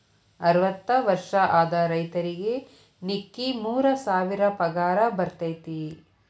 ಅರ್ವತ್ತ ವರ್ಷ ಆದ ರೈತರಿಗೆ ನಿಕ್ಕಿ ಮೂರ ಸಾವಿರ ಪಗಾರ ಬರ್ತೈತಿ